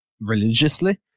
religiously